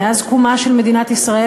מאז קומה של מדינת ישראל.